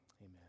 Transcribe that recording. amen